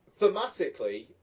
thematically